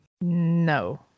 No